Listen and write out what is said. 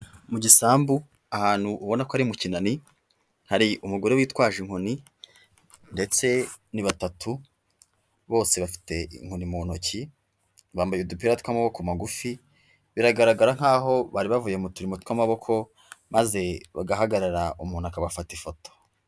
Mu gisambu ahantu ubona ko ari mu kinani, hari umugore witwaje inkoni, ndetse ni batatu, bose bafite inkoni mu ntoki, bambaye udupira tw'amaboko magufi, biragaragara nk'aho bari bavuye mu turimo tw'amaboko, maze bagahagarara umuntu akabafata ifoto.